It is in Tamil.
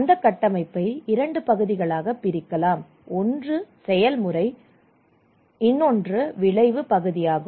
அந்த கட்டமைப்பை இரண்டு பகுதிகளாகப் பிரிக்கலாம் ஒன்று செயல்முறை பகுதி ஒன்று விளைவு பகுதியாகும்